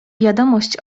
wiadomość